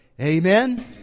Amen